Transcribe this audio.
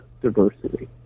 diversity